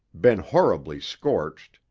been horribly scorched,